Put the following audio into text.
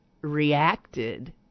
reacted